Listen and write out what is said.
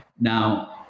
Now